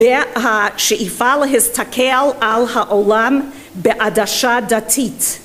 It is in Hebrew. והשאיפה להסתכל על העולם בעדשה דתית